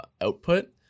output